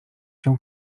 cię